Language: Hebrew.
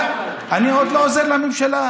אני עוד לא עוזר לממשלה.